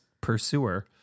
pursuer